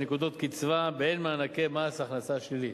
של נקודות קצבה באין מענקי מס הכנסה שלילי.